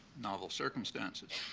novel circumstances.